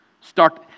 Start